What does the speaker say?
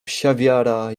psiawiara